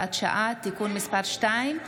הוראת שעה) (תיקון מס' 2),